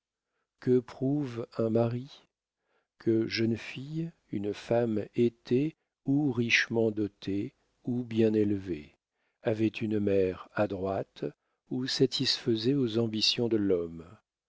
que prouve un mari que jeune fille une femme était ou richement dotée ou bien élevée avait une mère adroite ou satisfaisait aux ambitions de l'homme